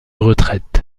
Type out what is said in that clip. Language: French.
retraite